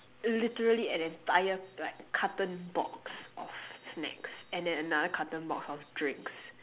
literally an entire like carton box of snacks and then another carton box of drinks